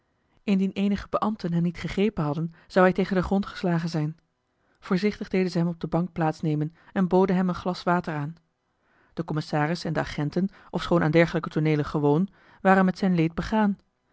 indien eenige beambten hem niet gegrepen hadden zou hij tegen den grond geslagen zijn voorzichtig deden ze hem op de bank plaatsnemen en boden hem een glas water aan de commissaris en de agenten ofschoon aan dergelijke tooneelen gewoon waren met zijn leed begaan